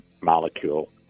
molecule